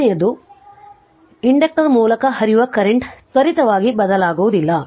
ಎರಡನೆಯದು ಪ್ರಚೋದಕ ಮೂಲಕ ಹರಿಯುವ ಕರೆಂಟ್ ತ್ವರಿತವಾಗಿ ಬದಲಾಗುವುದಿಲ್ಲ